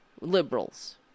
liberals